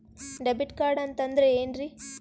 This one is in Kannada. ಡೆಬಿಟ್ ಕಾರ್ಡ್ ಅಂತಂದ್ರೆ ಏನ್ರೀ?